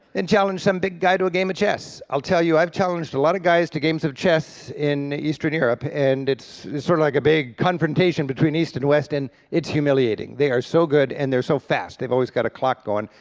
and challenge some big guy to a game of chess. i'll tell you i've challenged a lot of guys to games of chess in eastern europe, and it's sort of like a big confrontation between east and west, and it's humiliating. they are so good and they're so fast, they've always got a clock going,